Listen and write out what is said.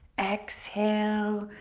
exhale,